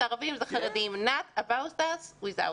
ערבים או חרדים - Not about us without us.